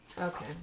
Okay